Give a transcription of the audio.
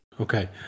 Okay